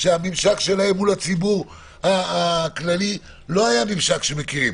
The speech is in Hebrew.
שהממשק שלהם מול הציבור הכללי לא היה ממשק שהם מכירים.